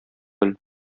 бел